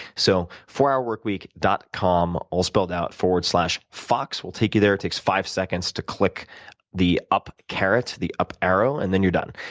so, fourhourworkweek dot com all spelled out forward slash fox will take you there. it takes five seconds to click the up carrot the up arrow and then you're done.